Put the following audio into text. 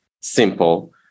simple